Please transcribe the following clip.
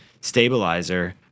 stabilizer